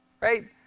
right